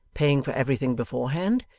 paying for everything beforehand,